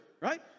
right